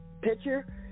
picture